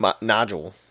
nodule